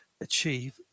achieve